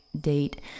date